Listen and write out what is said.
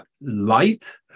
light